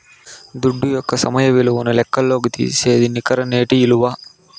దుడ్డు యొక్క సమయ విలువను లెక్కల్లోకి తీసేదే నికర నేటి ఇలువ